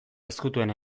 ezkutuen